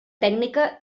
tècnica